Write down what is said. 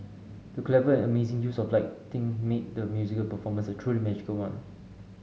the clever and amazing use of lighting made the musical performance a truly magical one